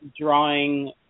drawing